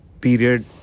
period